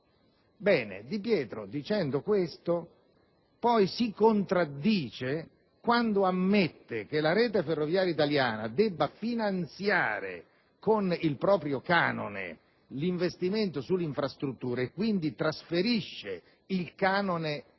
Di Pietro, dicendo questo, poi si contraddice quando ammette che Rete ferroviaria italiana debba finanziare con il proprio canone l'investimento sulle infrastrutture. Quindi, egli indirizza il canone di